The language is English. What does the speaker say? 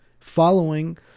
following